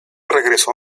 regresó